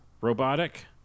robotic